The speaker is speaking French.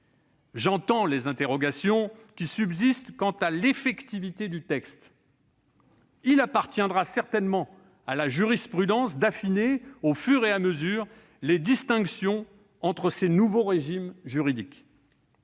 J'entends les interrogations qui subsistent quant à l'effectivité du texte. Il appartiendra certainement à la jurisprudence d'affiner, au fur et à mesure, les distinctions entre ces nouveaux régimes juridiques.